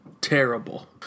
terrible